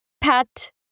pat